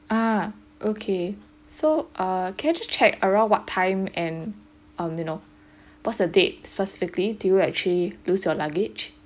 ah okay so uh can I just check around what time and um you know what's the date specifically do you actually lose your luggage